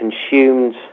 consumed